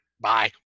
Bye